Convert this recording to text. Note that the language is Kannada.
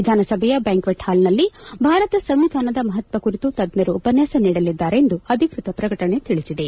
ವಿಧಾನಸಭೆಯ ಬ್ಯಾಂಕ್ವೆಟ್ ಹಾಲ್ನಲ್ಲಿ ಭಾರತ ಸಂವಿಧಾನದ ಮಪತ್ವ ಕುರಿತು ತಜ್ಞರು ಉಪನ್ಯಾಸ ನೀಡಲಿದ್ದಾರೆ ಎಂದು ಅಧಿಕೃತ ಪ್ರಕಟಣೆ ತಿಳಿಸಿದೆ